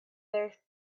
there